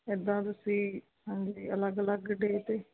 ਇੱਦਾਂ ਤੁਸੀਂ ਹਾਂਜੀ ਅਲੱਗ ਅਲੱਗ ਡੇ 'ਤੇ